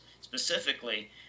specifically